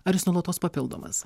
ar jis nuolatos papildomas